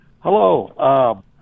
Hello